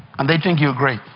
and they think you're great.